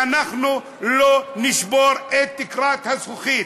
ואנחנו לא נשבור את תקרת הזכוכית.